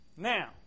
Now